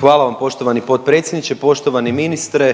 Hvala vam poštovani potpredsjedniče. Poštovani ministre,